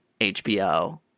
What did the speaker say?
HBO